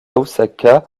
osaka